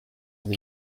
une